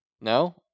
No